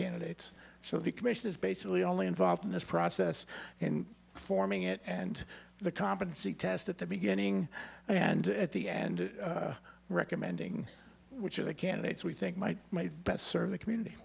candidates so the commission is basically only involved in this process and forming it and the competency test at the beginning and at the end recommending which of the candidates we think might might best serve the community